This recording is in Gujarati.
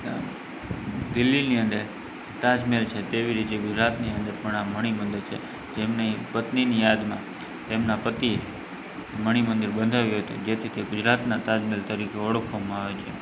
દિલ્લીની અંદર તાજ મહેલ છે તેવી રીતે ગુજરાતમાં પણ આ મણિ મંદિર છે જેમની પત્નીની યાદમાં તેમના પતિએ મણિ મંદિર બનાવ્યું હતું જેથી તે ગુજરાતના તાજ મહેલ તરીકે ઓળખવામાં આવે છે